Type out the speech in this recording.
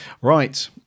Right